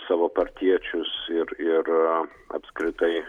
savo partiečius ir ir apskritai